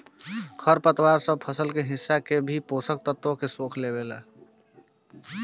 खर पतवार सब फसल के हिस्सा के भी पोषक तत्व भी सोख लेवेला